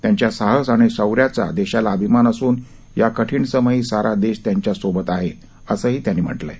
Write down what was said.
त्यांच्या साहस आणि शौर्याचा देशाला अभिमान असून या कठीण समयी सारा देश त्यांच्यासोबत आहे असंही त्यांनी म्हटलंय